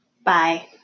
Bye